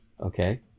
Okay